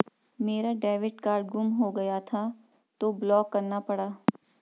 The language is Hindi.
मेरा डेबिट कार्ड गुम हो गया था तो ब्लॉक करना पड़ा